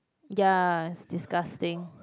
ya it's disgusting